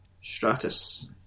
Stratus